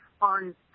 on